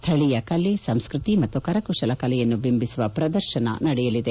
ಸ್ಥಳೀಯ ಕಲೆ ಸಂಸ್ಟತಿ ಮತ್ತು ಕರಕುಶಲ ಕಲೆಯನ್ನು ಬಿಂಬಿಸುವ ಪ್ರದರ್ಶನ ನಡೆಯಲಿದೆ